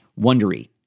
Wondery